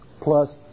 plus